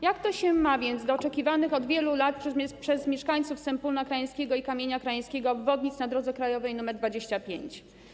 Jak to się więc ma do oczekiwanych od wielu lat przez mieszkańców Sępólna Krajeńskiego i Kamienia Krajeńskiego obwodnic na drodze krajowej nr 25?